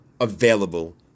available